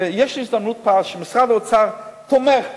ויש לי הזדמנות פז שמשרד האוצר תומך בזה,